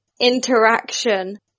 interaction